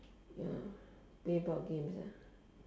ya play board games ah